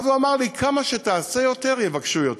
ואז הוא אמר לי: כמה שתעשה יותר, יבקשו יותר.